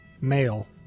male